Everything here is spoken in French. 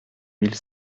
mille